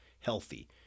Healthy